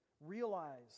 Realize